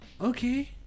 okay